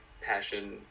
passion